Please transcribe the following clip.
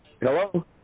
Hello